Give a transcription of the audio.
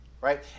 right